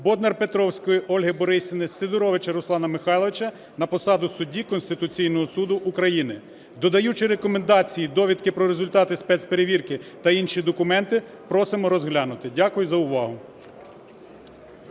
Боднар-Петровської Ольги Борисівни, Сидоровича Руслана Михайловича на посаду судді Конституційного Суду України. Додаючи рекомендації, довідки про результати спецперевірки та інші документи, просимо розглянути. Дякую за увагу.